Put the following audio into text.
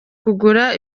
kugura